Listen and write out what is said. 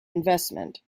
investment